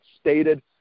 stated